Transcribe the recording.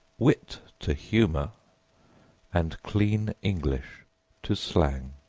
wit to humor and clean english to slang.